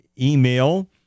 email